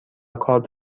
کارت